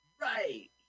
right